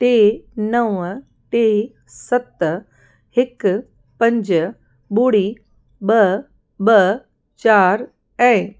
टे नवं टे सत हिकु पंज ॿुड़ी ॿ ॿ चारि ऐं